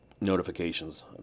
notifications